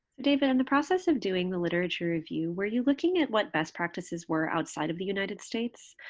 david, in the process of doing the literature review, were you looking at what best practices were outside of the united states?